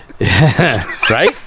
Right